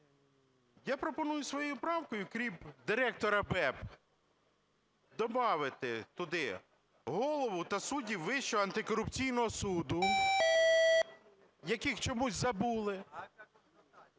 Я пропоную своєю правкою, крім Директора БЕБ, добавити туди: Голову та суддів Вищого антикорупційного суду, яких чомусь забули,